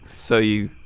so you.